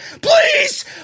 Please